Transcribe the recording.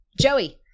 Joey